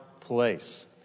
place